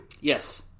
Yes